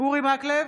אורי מקלב,